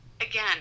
again